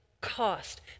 cost